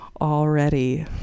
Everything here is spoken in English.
already